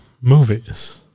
movies